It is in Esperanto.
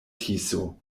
tiso